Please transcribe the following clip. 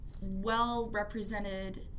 well-represented